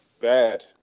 Bad